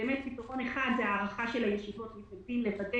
פתרון אחד הוא הארכה של הישיבות אם רוצים לוודא